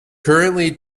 currently